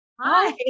Hi